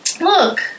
Look